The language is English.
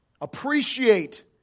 appreciate